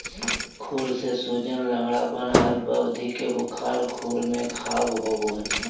खुर में सूजन, लंगड़ाना, अल्प अवधि के बुखार, खुर में घाव होबे हइ